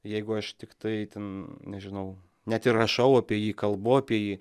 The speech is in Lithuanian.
jeigu aš tiktai ten nežinau net ir rašau apie jį kalbu apie jį